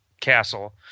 castle